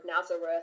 Nazareth